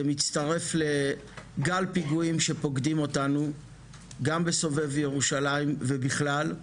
זה מצטרף לגל פיגועים שפוקדים אותנו גם בסובב ירושלים ובכלל,